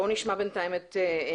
נשמע את ניר